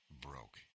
broke